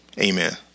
Amen